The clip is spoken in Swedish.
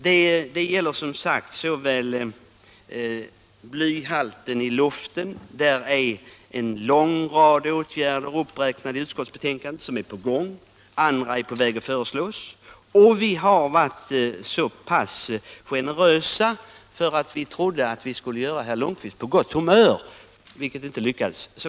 Vad gäller blyhalten i luften är en lång rad aktuella åtgärder uppräknade i utskottsbetänkandet medan andra är på väg att föreslås. Vi har varit så pass generösa att vi trodde att vi skulle kunna göra herr Lundkvist på gott humör, vilket dock inte lyckades.